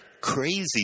crazy